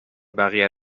بقیه